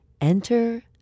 Enter